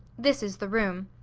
this is the room.